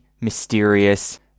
mysterious